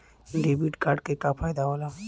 Debit card क का फायदा हो ला?